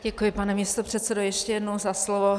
Děkuji, pane místopředsedo, ještě jednou za slovo.